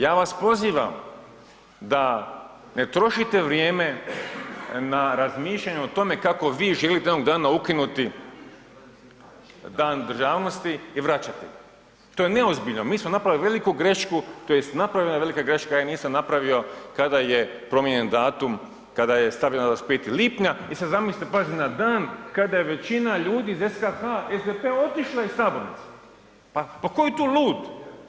Ja vas pozivam da ne trošite vrijeme na razmišljanje o tome kako vi želite jednog dana ukinuti Dan državnosti i vraćati ga, to je neozbiljno, mi smo napravili veliku grešku tj. napravljena je velika greška, ja je nisam napravio kada je promijenjen datum kada je stavljeno 25. lipnja i sad zamislite, pazite na dan kada je većina ljudi iz SKH, SDP otišlo iz sabornice, pa ko je tu lud?